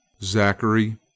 Zachary